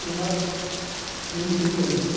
ತುಂಬ ನಂಬಿಕೆಯಿಂದ ಇರಬೇಕು